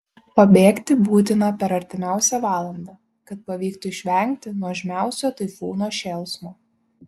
pabėgti būtina per artimiausią valandą kad pavyktų išvengti nuožmiausio taifūno šėlsmo